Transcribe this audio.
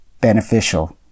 beneficial